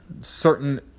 certain